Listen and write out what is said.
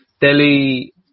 Delhi